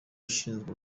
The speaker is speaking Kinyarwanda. ushinzwe